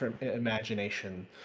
imagination